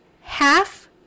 half